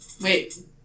Wait